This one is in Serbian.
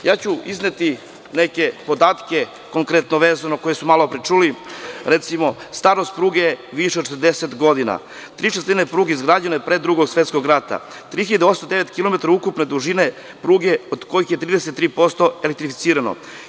Izneću neke podatke, konkretno vezane, koje ste malopre čuli, recimo, starost pruge je više od 40 godina, ¾ pruga izgrađeno je Drugog svetskog rata, 3809 kilometara ukupne dužine pruge od kojih je 33% elektrificirano.